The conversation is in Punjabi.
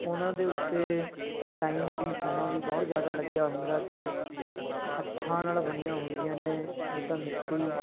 ਉਹਨਾਂ ਦੇ ਉੱਤੇ ਟਾਈਮ ਵੀ ਸਮਾਂ ਵੀ ਬਹੁਤ ਜ਼ਿਆਦਾ ਲੱਗਿਆ ਹੁੰਦਾ ਅਤੇ ਹੱਥਾਂ ਨਾਲ ਬਣੀਆਂ ਹੁੰਦੀਆਂ ਨੇ ਜਿੱਦਾਂ ਮਿੱਟੀ